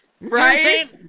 Right